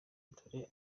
dore